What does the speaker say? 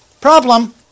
problem